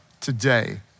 today